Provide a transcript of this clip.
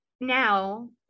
now